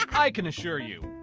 i can assure you,